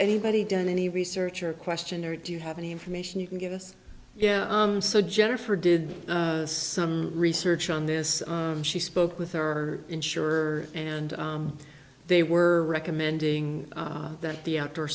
anybody done any research or question or do you have any information you can give us yeah so jennifer did some research on this she spoke with our insured and they were recommending that the outdoor